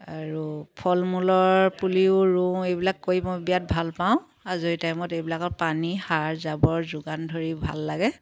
আৰু ফল মূলৰ পুলিও ৰুওঁ এইবিলাক কৰি মই বিৰাত ভাল পাওঁ আজৰি টাইমত এইবিলাকত পানী সাৰ জাবৰ যোগান ধৰি ভাল লাগে